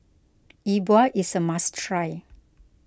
E Bua is a must try